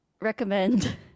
recommend